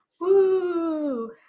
Woo